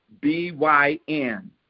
B-Y-N